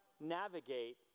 navigate